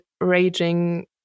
raging